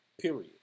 Period